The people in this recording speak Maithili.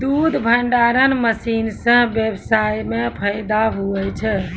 दुध भंडारण मशीन से व्यबसाय मे फैदा हुवै छै